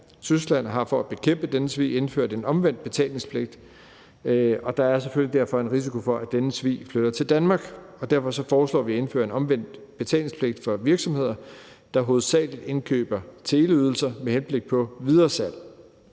Tyskland har for at bekæmpe denne svig indført en omvendt betalingspligt. Der er selvfølgelig en risiko for, at denne svig flytter til Danmark, og derfor foreslår vi at indføre en omvendt betalingspligt for virksomheder, der hovedsagelig indkøber teleydelser med henblik på videresalg.